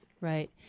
Right